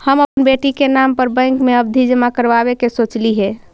हम अपन बेटी के नाम पर बैंक में आवधि जमा करावावे के सोचली हे